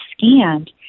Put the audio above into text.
scanned